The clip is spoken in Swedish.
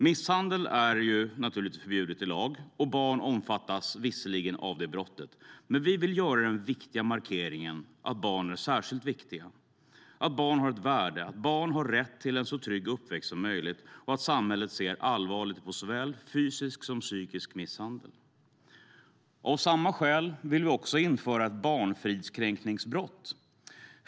Misshandel är naturligtvis förbjuden i lag, och barn omfattas visserligen av det brottet, men vi vill göra den viktiga markeringen att barn är särskilt viktiga och att barn har ett värde, att barn har rätt till en så trygg uppväxt som möjligt och att samhället ser allvarligt på såväl fysisk som psykisk misshandel. Av samma skäl vill vi också införa ett barnfridskränkningsbrott.